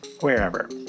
wherever